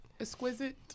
exquisite